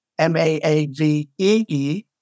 M-A-A-V-E-E